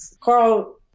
Carl